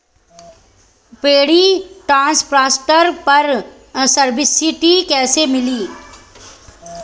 Paddy transplanter पर subsidy कैसे मिली?